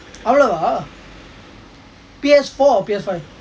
அவ்வளவா:avvlavaa P_S four or P_S five